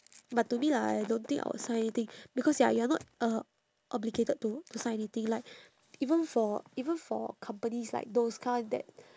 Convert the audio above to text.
but to me lah I don't think I would sign anything because ya you are not uh obligated to to sign anything like even for even for companies like those kind that